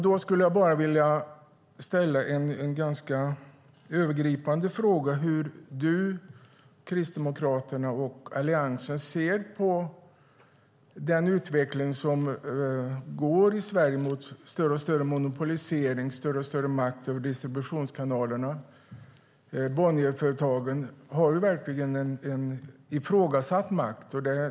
Då skulle jag bara vilja ställa en ganska övergripande fråga, nämligen hur du, Kristdemokraterna och Alliansen ser på den utveckling i Sverige som går mot större och större monopolisering och makt över distributionskanalerna. Bonnierföretagen har en ifrågasatt makt.